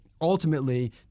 Ultimately